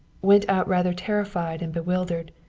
went out rather terrified and bewildered,